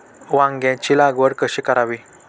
वांग्यांची लागवड कशी करावी?